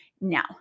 now